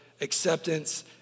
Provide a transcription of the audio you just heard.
acceptance